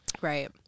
right